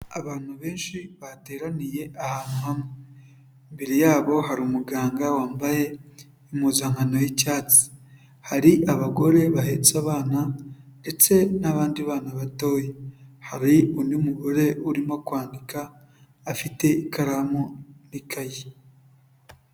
Abantu benshi bateraniye ahantu hamwe imbere yabo hari umuganga wambaye impuzankano y'icyatsi, hari abagore bahetse abana ndetse n'abandi bana batoya, hari undi mugore urimo kwandika afite ikaramu muntoki n'ikayi.